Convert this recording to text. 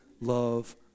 love